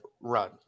run